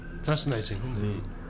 Fascinating